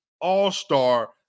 all-star